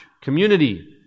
community